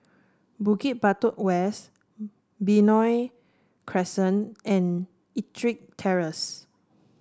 Bukit Batok West Benoi Crescent and EttricK Terrace